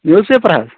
news paper حظ